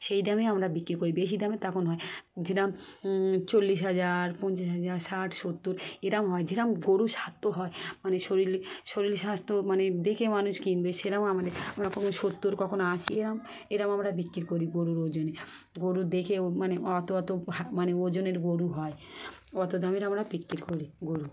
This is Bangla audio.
সেই দামেই আমরা বিক্রি করি বেশি দামে তখন হয় যেরকম চল্লিশ হাজার পঞ্চাশ হাজার ষাট সত্তর এরকম হয় যেরকম গরুর স্বাস্থ্য হয় মানে শরীর শরীর স্বাস্থ্য মানে দেখে মানুষ কিনবে সেরকম আমাদের আমরা কখনো সত্তর কখনো আশি এরকম এরকম আমরা বিক্রি করি গরুর ওজনে গরু দেখে মানে অত অত হা মানে ওজনের গরু হয় অত দামের আমরা বিক্রি করি গরু